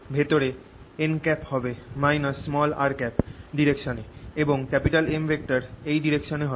ভেতরে n হবে r direction এ এবং M এই ডাইরেকশান এ হবে